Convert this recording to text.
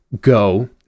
Go